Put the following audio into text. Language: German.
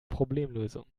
problemlösung